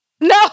No